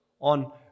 on